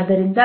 ಆದ್ದರಿಂದ